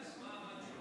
אני מנחש מה התשובה.